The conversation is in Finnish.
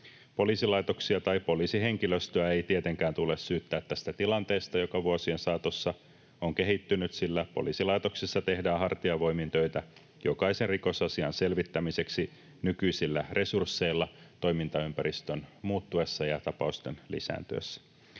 Poliisilaitoksia tai poliisihenkilöstöä ei tietenkään tule syyttää tästä tilanteesta, joka vuosien saatossa on kehittynyt, sillä poliisilaitoksissa tehdään hartiavoimin töitä jokaisen rikosasian selvittämiseksi nykyisillä resursseilla toimintaympäristön muuttuessa ja tapausten lisääntyessä.